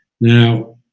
Now